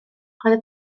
roedd